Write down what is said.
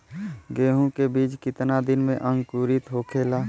गेहूँ के बिज कितना दिन में अंकुरित होखेला?